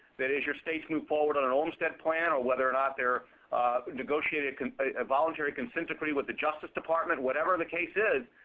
that as your states move forward on an olmstead plan, or whether or not they're negotiating a voluntary consent decree with the justice department. whatever the case is,